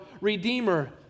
Redeemer